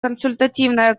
консультативная